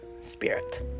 spirit